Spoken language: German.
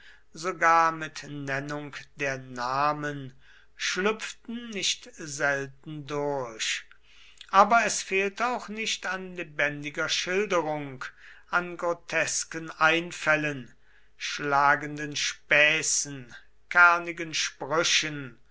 sogar mit nennung der namen schlüpften nicht selten durch aber es fehlte auch nicht an lebendiger schilderung an grotesken einfällen schlagenden späßen kernigen sprüchen